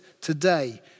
today